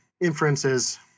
inferences